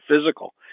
physical